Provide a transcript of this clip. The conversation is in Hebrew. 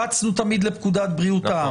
רצנו תמיד לפקודת בריאות העם.